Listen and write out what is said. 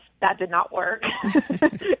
that-did-not-work